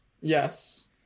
Yes